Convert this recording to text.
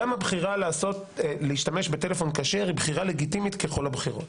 גם הבחירה להשתמש בטלפון כשר היא בחירה לגיטימית ככל הבחירות.